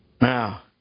Now